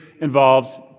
involves